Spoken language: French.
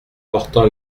portant